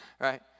right